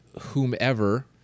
whomever